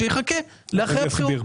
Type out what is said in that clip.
שיחכה לאחרי הבחירות.